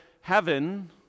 heaven